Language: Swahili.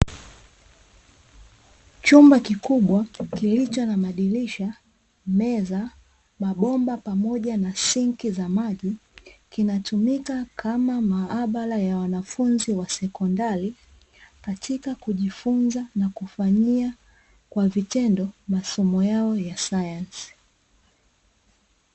Chumba kikubwa kilicho na madirisha, meza, mabomba pamoja na sinki za maji, kinatumika kama maabara ya wanafunzi wa sekondari katika kujifunza na kufanyia kwa vitendo masomo yao ya sayansi.